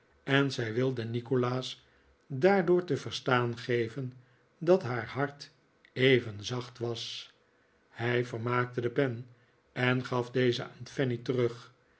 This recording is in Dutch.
en zij wilde nikolaas daardoor te verstaan geven dat haar hart even zacht was hij vermaakte de pen en gaf deze aan fanny terug